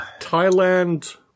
thailand